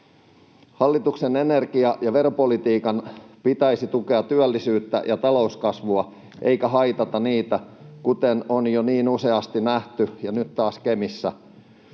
Hallituksen energia- ja veropolitiikan pitäisi tukea työllisyyttä ja talouskasvua eikä haitata niitä, kuten on jo niin useasti nähty ja nyt taas Kemissä.